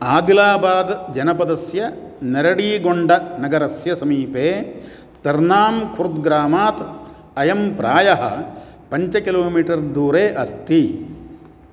आदिलाबादजनपदस्य नेरडिगोण्डनगरस्य समीपे तर्नान् खुर्द् ग्रामात् अयं प्रायः पञ्च किलोमीटर् दूरे अस्ति